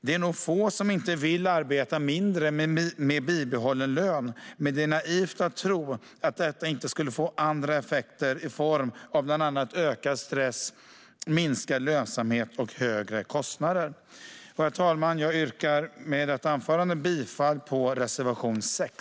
Det är nog få som inte vill arbeta mindre med bibehållen lön, men det är naivt att tro att detta inte skulle få andra effekter i form av bland annat ökad stress, minskad lönsamhet och högre kostnader. Herr talman! Med detta anförande yrkar jag bifall till reservation 6.